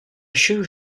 should